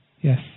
Yes